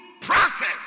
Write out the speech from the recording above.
process